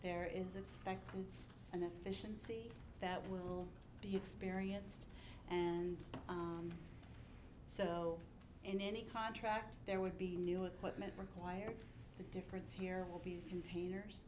there is expected and efficiency that will be experienced and so in any contract there would be new equipment required the difference here will be containers